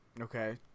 okay